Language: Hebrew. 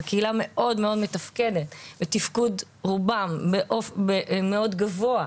זו קהילה מאוד מתפקדת, רובם בתפקוד מאוד גבוה.